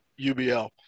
UBL